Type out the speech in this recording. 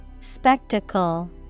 Spectacle